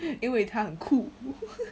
因为他很酷